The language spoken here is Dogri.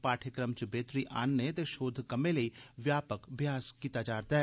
पाठ्यक्रम च बेह्तरी आह्नने ते शोघ कम्में लेई व्यापक अभ्यास कीता जा'रदा ऐ